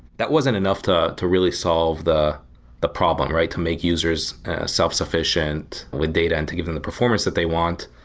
that wasn't enough to to really solve the the problem, to make users self-sufficient with data and to give them the performance that they want.